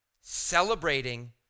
celebrating